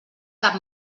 cap